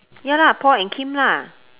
ya lah paul and kim lah